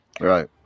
Right